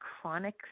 chronic